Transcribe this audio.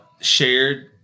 shared